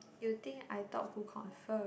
you think I thought who confirm